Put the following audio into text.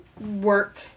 work